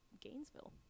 Gainesville